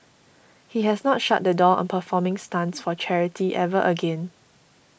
he has not shut the door on performing stunts for charity ever again